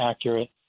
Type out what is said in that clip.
accurate